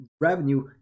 revenue